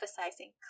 emphasizing